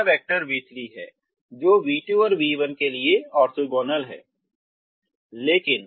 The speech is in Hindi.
अब तीसरा वेक्टर v3 है जो v2 और v1 के लिए ऑर्थोगोनल है